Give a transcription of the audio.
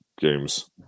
games